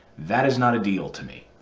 that is not a deal to me.